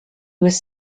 was